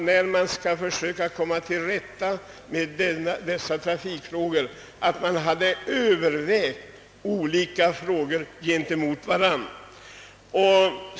När man söker komma till rätta med dessa trafikfrågor hade det väl varit rimligt att väga olika frågor gentemot varandra.